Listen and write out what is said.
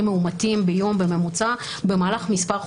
מאומתים ביום בממוצע במהלך מספר חודשים.